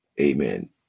amen